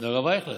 והרב אייכלר.